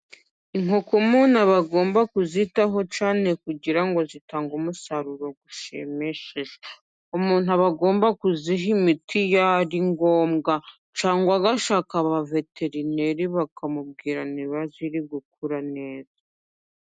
Inko umuntu aba agomba kuzitaho cyane kugira ngo zitange umusaruro ushimishije. Umuntu aba agomba kuziha imiti Iyo ari ngombwa, cyangwa agashaka abaveterineri bakamubwira niba ziri gukura neza.